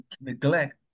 neglect